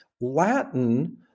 latin